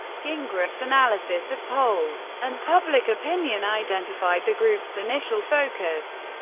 gingrich's analysis of polls and public opinion identified the group's initial focus.